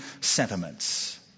sentiments